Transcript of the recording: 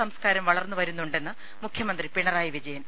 സംസ്കാരം വളർന്നുവരുന്നുണ്ടെന്ന് മുഖ്യമന്ത്രി പിണ റായി വിജയൻ